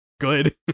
good